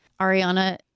Ariana